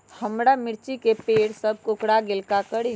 हमारा मिर्ची के पेड़ सब कोकरा गेल का करी?